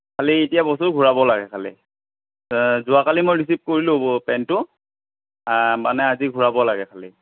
খালী এতিয়া বস্তুটো ঘূৰাব লাগে খালী যোৱাকালি মই ৰিচিভ কৰিলোঁ পেণ্টটো মানে আজি ঘূৰাব লাগে খালী